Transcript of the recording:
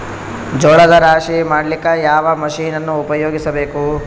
ಜೋಳದ ರಾಶಿ ಮಾಡ್ಲಿಕ್ಕ ಯಾವ ಮಷೀನನ್ನು ಉಪಯೋಗಿಸಬೇಕು?